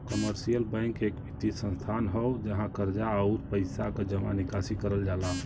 commercial bank एक वित्तीय संस्थान हौ जहाँ कर्जा, आउर पइसा क जमा निकासी करल जाला